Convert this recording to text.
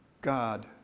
God